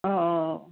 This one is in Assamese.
অ অ